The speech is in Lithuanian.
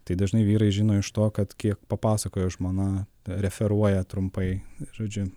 tai dažnai vyrai žino iš to kad kiek papasakojo žmona referuoja trumpai žodžiu